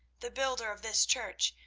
the builder of this church,